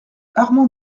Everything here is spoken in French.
armand